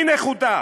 היא נחותה,